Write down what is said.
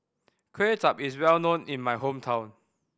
Kuay Chap is well known in my hometown